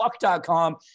fuck.com